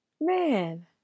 Man